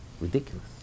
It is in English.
ridiculous